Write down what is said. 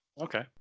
Okay